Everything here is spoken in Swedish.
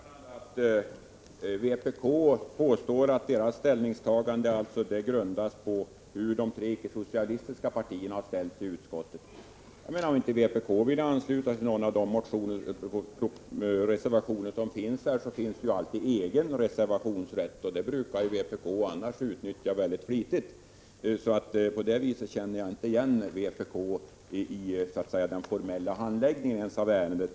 Herr talman! Det är förvånande att vpk påstår att deras ställningstagande grundas på hur de tre icke-socialistiska partierna har ställt sig i utskottet. Jag menar att om inte vpk vill ansluta sig till någon av de reservationer som finns, har de alltid egen reservationsrätt. Den brukar vpk annars utnyttja väldigt flitigt. På det viset känner jag inte igen vpk ens i den formella handläggningen av ärendet.